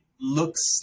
looks